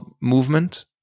movement